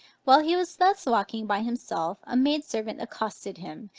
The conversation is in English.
while he was thus walking by himself, a maid servant accosted him,